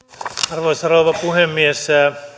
arvoisa rouva puhemies